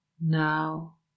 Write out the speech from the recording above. now